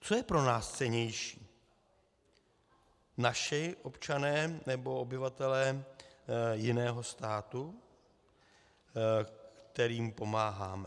Co je pro nás cennější naši občané, nebo obyvatelé jiného státu, kterému pomáháme?